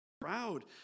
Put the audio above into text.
proud